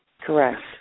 Correct